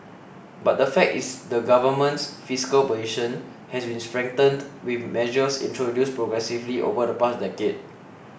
but the fact is the Government's fiscal position has been strengthened with measures introduced progressively over the past decade